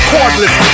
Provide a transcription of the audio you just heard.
Cordless